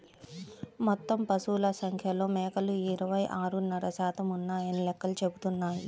మొత్తం పశువుల సంఖ్యలో మేకలు ఇరవై ఆరున్నర శాతం ఉన్నాయని లెక్కలు చెబుతున్నాయి